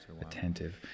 attentive